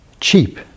cheap